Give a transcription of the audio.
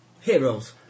Heroes